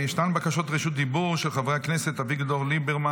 ישנן בקשות רשות דיבור של חברי הכנסת אביגדור ליברמן,